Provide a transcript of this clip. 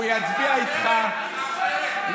אני שואל אותך אם יש כיבוש בישראל.